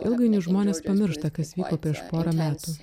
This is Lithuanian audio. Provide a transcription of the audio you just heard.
ilgainiui žmonės pamiršta kas vyko prieš porą metų